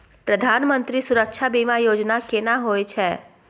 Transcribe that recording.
प्रधानमंत्री सुरक्षा बीमा योजना केना होय छै?